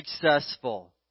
successful